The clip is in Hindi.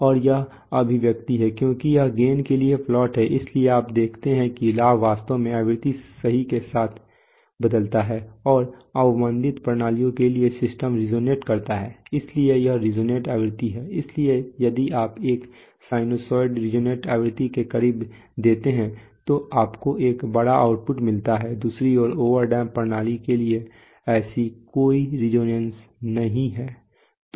और यह अभिव्यक्ति है क्योंकि यह गेन के लिए प्लॉटहै इसलिए आप देखते हैं कि लाभ वास्तव में आवृत्ति सही के साथ बदलता है और अवमंदित प्रणालियों के लिए सिस्टम रिजोनेट करता है इसलिए यह रिजोनेट आवृत्ति है इसलिए यदि आप एक साइनसॉइड रिजोनेट आवृत्ति के करीब देते हैं तब आपको एक बड़ा आउटपुट मिलता है दूसरी ओर ओवर डैम्प्ड प्रणाली के लिए ऐसी कोई रिजोनेंस नहीं है